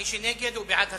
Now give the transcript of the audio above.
מי שנגד, בעד הסרה.